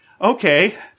Okay